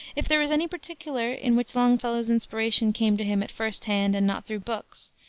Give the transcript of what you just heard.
if there is any particular in which longfellow's inspiration came to him at first hand and not through books,